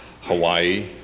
Hawaii